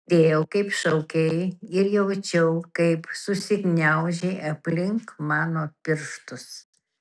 girdėjau kaip šaukei ir jaučiau kaip susigniaužei aplink mano pirštus